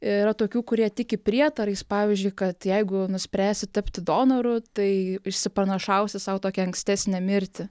yra tokių kurie tiki prietarais pavyzdžiui kad jeigu nuspręsi tapti donoru tai išsipranašausi sau tokią ankstesnę mirtį